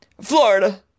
Florida